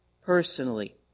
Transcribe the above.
personally